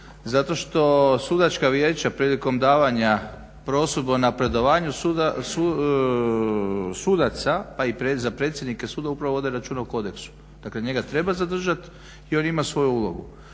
zato što sudačka vijeća prilikom davanja prosudbe o napredovanju sudaca pa i za predsjednike suda upravo vode računa o kodeksu, dakle njega treba zadržat i on ima svoju ulogu.